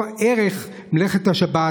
ערך מלאכת השבת,